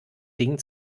dingen